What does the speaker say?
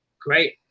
Great